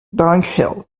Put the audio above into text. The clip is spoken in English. dunghill